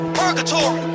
purgatory